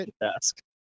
desk